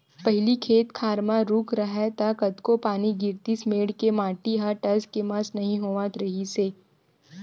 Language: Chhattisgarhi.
पहिली खेत खार म रूख राहय त कतको पानी गिरतिस मेड़ के माटी ह टस ले मस नइ होवत रिहिस हे